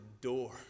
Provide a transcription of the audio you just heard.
door